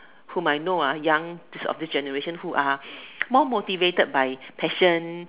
whom I know ah young this of this generation who are more motivated by passion